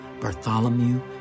Bartholomew